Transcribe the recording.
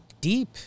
deep